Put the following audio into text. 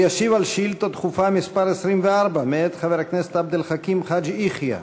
הוא ישיב על שאילתה דחופה מס' 24 מאת חבר הכנסת עבד אל חכים חאג' יחיא.